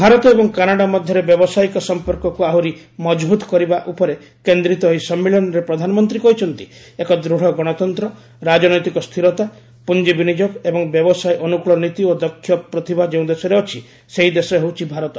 ଭାରତ ଏବଂ କାନାଡ଼ା ମଧ୍ୟରେ ବ୍ୟାବସାୟିକ ସମ୍ପର୍କକୁ ଆହୁରି ମଜବୁତ୍ କରିବା ଉପରେ କେନ୍ଦ୍ରିତ ଏହି ସମ୍ମିଳନୀରେ ପ୍ରଧାନମନ୍ତ୍ରୀ କହିଛନ୍ତି ଏକ ଦୂତ୍ ଗଣତନ୍ତ୍ର ରାଜନୈତିକ ସ୍ଥିରତା ପୁଞ୍ଜ ବିନିଯୋଗ ଏବଂ ବ୍ୟବସାୟ ଅନୁକୁଳ ନୀତି ଓ ଦକ୍ଷ ପ୍ରତିଭା ଯେଉଁ ଦେଶରେ ଅଛି ସେହି ଦେଶ ହେଉଛି ଭାରତ